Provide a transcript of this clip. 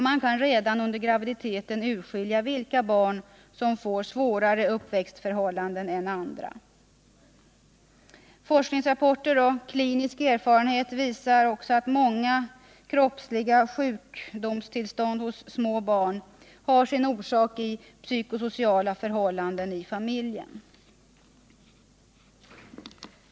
Man kan redan under graviditeten urskilja vilka barn som får svårare uppväxtförhållanden än andra. Forskningsrapporter och klinisk erfarenhet visar också att många kroppsliga sjukdomstillstånd hos små barn har sin orsak i psykosociala förhållanden i familjen.